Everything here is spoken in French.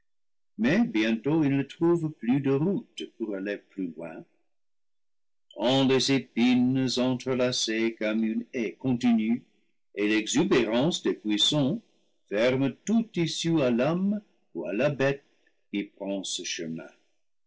mais bientôt il ne trouve plus de route pour aller plus loin tant les épines entrelacées comme une haie continue et l'exubérance des buissons ferment toute issue à l'homme ou à la bête qui prend ce chemin